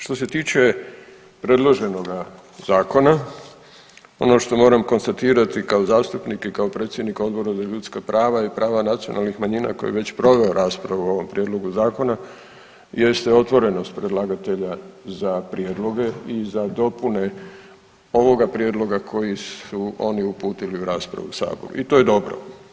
Što se tiče predloženoga zakona, ono što moram konstatirati kao zastupnik i kao predsjednik Odbora za ljudska prava i prava nacionalnih manjina koji je već proveo raspravu o ovom prijedlogu zakona jeste otvorenost predlagatelja za prijedloge i za dopune ovoga prijedloga koji su oni uputili u raspravu u sabor i to je dobro.